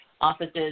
offices